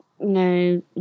No